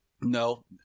no